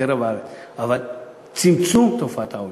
אבל צמצום תופעת העוני.